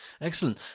Excellent